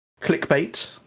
Clickbait